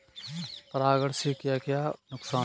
परागण से क्या क्या नुकसान हैं?